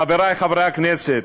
חברי חברי הכנסת,